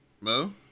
Mo